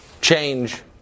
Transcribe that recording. change